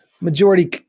majority